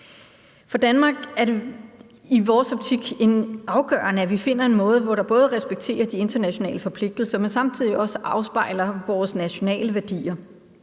For Danmark er det i vores optik afgørende, at vi finder en måde, hvorpå vi både respekterer de internationale forpligtelser, men som samtidig også afspejler vores nationale værdier.